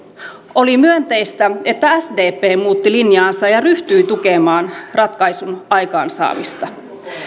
oli myönteistä että sdp muutti linjaansa ja ja ryhtyi tukemaan ratkaisun aikaansaamista